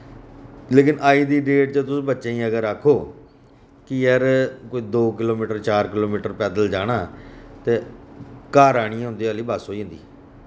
लेकिन अज्ज दी डेट च तुस बच्चें अगर आक्खो की यार कोई दो किलोमीटर चार किलोमीटर पैदल जाना ते घर आह्नियै उंटदी आह्ली बस होई जंदी